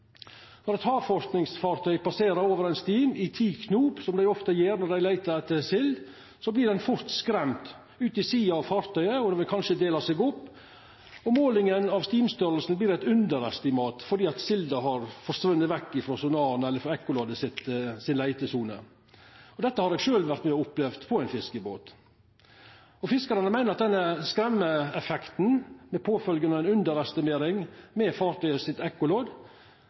Når eit havforskingsfartøy passerer over ein stim i 10 knop, som dei ofte gjer når dei leitar etter sild, vert stimen fort skremd ut til sida av fartøyet, og den vil kanskje dela seg opp, og målinga av stimstorleiken vert eit underestimat fordi silda har forsvunne vekk frå leitesona til sonaren eller ekkoloddet. Dette har eg sjølv vore med og opplevd på ein fiskebåt. Fiskarane meiner at denne skremmeeffekten, med påfølgjande underestimering med